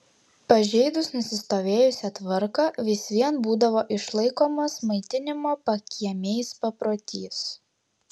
pažeidus nusistovėjusią tvarką vis vien būdavo išlaikomas maitinimo pakiemiais paprotys